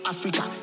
Africa